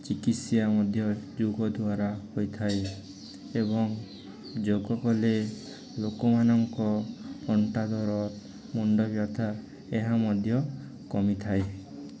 ଚିକିତ୍ସା ମଧ୍ୟ ଯୋଗ ଦ୍ୱାରା ହୋଇଥାଏ ଏବଂ ଯୋଗ କଲେ ଲୋକମାନଙ୍କ ଅଣ୍ଟା ଦରଜ ମୁଣ୍ଡବ୍ୟଥା ଏହା ମଧ୍ୟ କମିଥାଏ